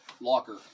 Locker